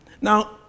Now